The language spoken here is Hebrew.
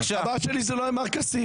הבעיה שלי זה לא עם מר כסיף.